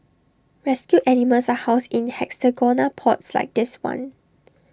rescued animals are housed in hexagonal pods like this one